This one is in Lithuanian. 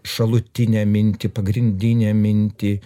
šalutinę mintį pagrindinę mintį